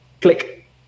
click